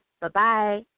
bye-bye